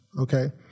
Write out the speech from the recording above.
okay